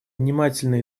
внимательно